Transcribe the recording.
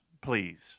please